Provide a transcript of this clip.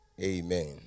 Amen